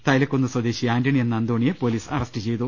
തൈലക്കുന്ന് സ്വദേശി ആന്റണി എന്ന അന്തോണിയെ പൊലീസ് അറസ്റ്റ് ചെയ്തു